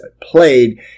played